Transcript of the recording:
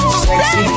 sexy